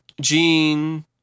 Gene